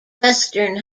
western